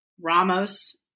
Ramos